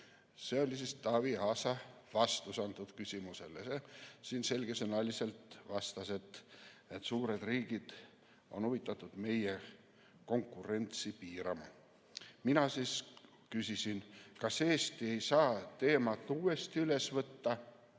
See oli Taavi Aasa vastus antud küsimusele. Siin ta selgesõnaliselt vastas, et suured riigid on huvitatud meie konkurentsi[võime] piiramisest. Mina küsisin, kas Eesti ei saa teemat uuesti üles võtta.